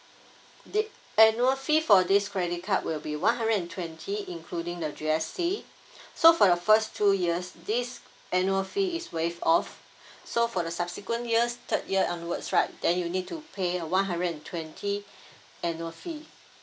thi~ annual fee for this credit card will be one hundred and twenty including the G_S_T so for the first two years this annual fee is waived off so for the subsequent years third year onwards right then you need to pay a one hundred and twenty annual fee